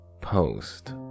post